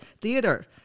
theater